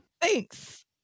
Thanks